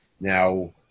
Now